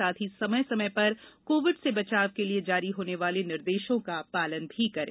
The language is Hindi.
साथ ही समय समय पर कोविड से बचाव के लिये जारी होने वाले निर्देशों का पालन करें